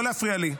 לא להפריע לי.